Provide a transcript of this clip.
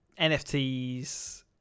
nfts